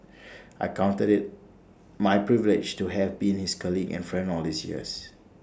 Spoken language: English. I counted IT my privilege to have been his colleague and friend all these years